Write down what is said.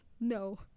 no